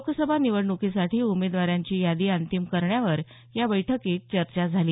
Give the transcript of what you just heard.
लोकसभा निवडणुकीसाठी उमेदवारांची यादी अंतिम करण्यावर या बैठकीत चर्चा झाली